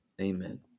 Amen